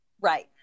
right